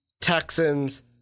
Texans